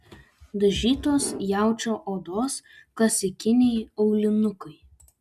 dažytos jaučio odos klasikiniai aulinukai